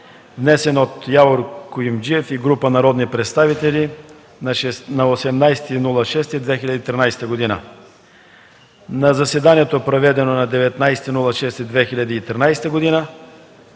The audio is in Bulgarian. внесен от Явор Куюмджиев и група народни представители на 18 юни 2013 г. На заседание, проведено на 19 юни 2013 г.,